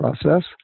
process